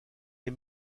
les